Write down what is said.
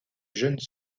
jeunes